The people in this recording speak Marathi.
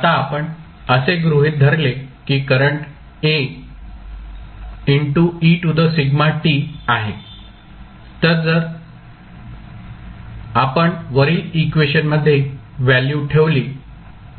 आता आपण असे गृहित धरले की करंट आहे जर आपण वरील इक्वेशनमध्ये व्हॅल्यू ठेवली